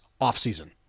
offseason